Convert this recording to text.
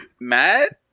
Matt